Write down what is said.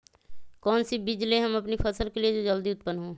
कौन सी बीज ले हम अपनी फसल के लिए जो जल्दी उत्पन हो?